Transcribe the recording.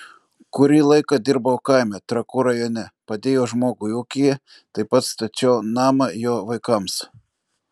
kurį laiką dirbau kaime trakų rajone padėjau žmogui ūkyje taip pat stačiau namą jo vaikams